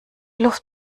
luft